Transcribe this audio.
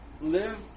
live